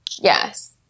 Yes